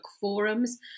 forums